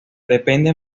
depende